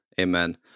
Amen